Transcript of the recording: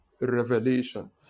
revelation